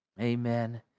Amen